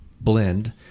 blend